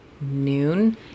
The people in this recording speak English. noon